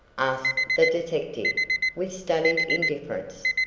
asked the detective with studied indifference.